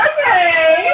Okay